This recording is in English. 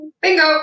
Bingo